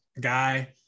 guy